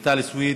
רויטל סויד,